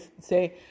say